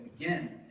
again